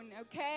okay